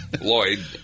Lloyd